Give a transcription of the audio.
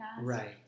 right